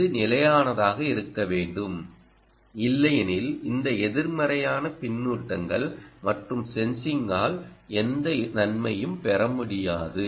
இது நிலையானதாக இருக்க வேண்டும் இல்லையெனில் இந்த எதிர்மறையான பின்னூட்டங்கள் மற்றும் சென்சிங்கால் எந்த நன்மையும் பெற முடியாது